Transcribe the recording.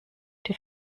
die